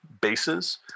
bases